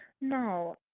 no